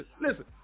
Listen